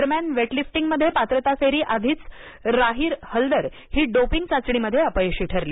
दरम्यान वेटलिफ्टिंगमध्ये पात्रता फेरी आधीच राखी हलदर ही डोपिंग चाचणीमध्ये अपयशी ठरली